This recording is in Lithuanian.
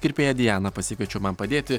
kirpėją dianą pasikviečiau man padėti